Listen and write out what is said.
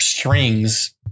Strings